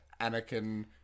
Anakin